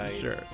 Sure